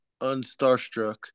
unstarstruck